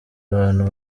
bantu